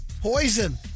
Poison